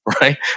right